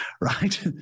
right